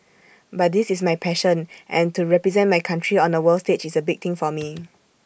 but this is my passion and to represent my country on A world stage is A big thing for me